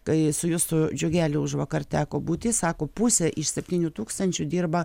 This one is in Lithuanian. kai su justu džiugeliu užvakar teko būti sako pusė iš septynių tūkstančių dirba